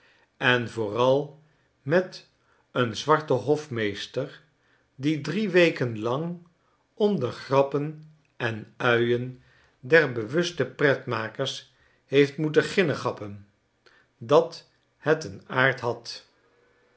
en vooral met een zwarten hofmeester die drie weken lang om de grappen en men der bewuste pretmakers heeft moeten ginnegappen dat het een aard had